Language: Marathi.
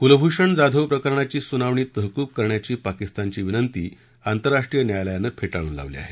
कुलभूषण जाधव प्रकरणाची सुनावणी तहकूब करण्याची पाकिस्तानची विनंती आंतरराष्ट्रीय न्यायालयानं फेटाळून लावली आहे